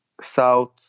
South